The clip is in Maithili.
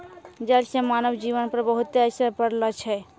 जल से मानव जीवन पर बहुते असर पड़लो छै